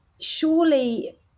surely